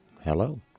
hello